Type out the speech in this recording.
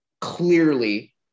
clearly